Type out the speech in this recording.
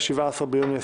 17 ביוני,